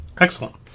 Excellent